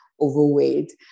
overweight